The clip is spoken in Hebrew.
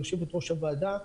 יושבת-ראש הוועדה,